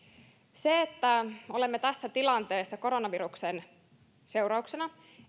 se että olemme tässä tilanteessa koronaviruksen seurauksena ei